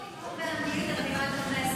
אסור לנאום באנגלית על בימת הכנסת.